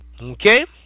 okay